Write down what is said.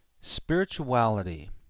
Spirituality